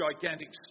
gigantic